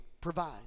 provide